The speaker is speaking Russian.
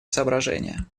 соображения